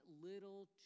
little